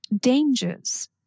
dangers